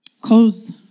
Close